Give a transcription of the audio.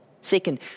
Second